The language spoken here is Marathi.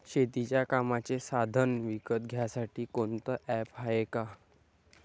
शेतीच्या कामाचे साधनं विकत घ्यासाठी कोनतं ॲप हाये का?